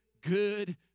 good